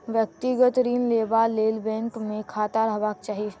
व्यक्तिगत ऋण लेबा लेल बैंक मे खाता रहबाक चाही